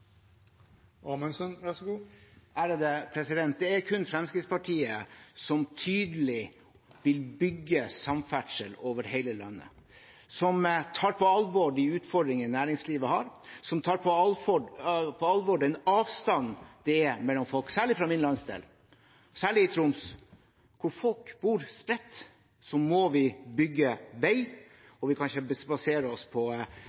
Det er kun Fremskrittspartiet som tydelig vil bygge samferdsel over hele landet, som tar på alvor de utfordringene næringslivet har, og som tar på alvor den avstanden som er mellom folk, særlig i min landsdel. Særlig i Troms, der folk bor spredt, må vi bygge vei, og vi kan ikke basere oss på